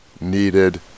needed